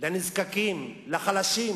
לנזקקים, לחלשים,